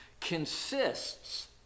consists